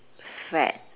fad